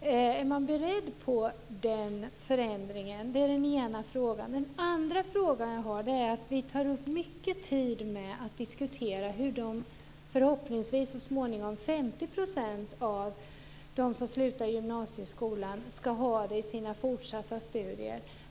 Är man beredd på den förändringen? Det är den ena frågan. Jag har också en andra fråga. Vi tar upp mycket tid med att diskutera hur de så småningom förhoppningsvis 50 % av alla som slutar gymnasieskolan ska ha det i sina fortsatta studier.